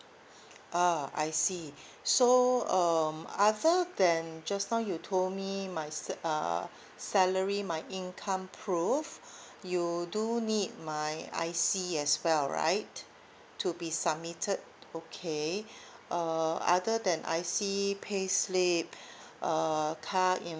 oh I see so um other than just now you told me my sa~ uh salary my income proof you do need my I_C as well right to be submitted okay uh other than I_C payslip uh car